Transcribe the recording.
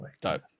Dope